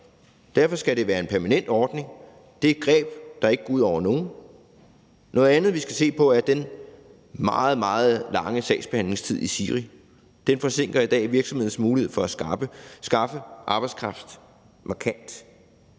Derfor skal det være en permanent ordning. Det er et greb, der ikke går ud over nogen. Noget andet, vi skal se på, er den meget, meget lange sagsbehandlingstid i SIRI. Den forsinker i dag markant virksomhedernes mulighed for at skaffe arbejdskraft.